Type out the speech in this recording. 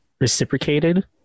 reciprocated